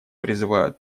призывают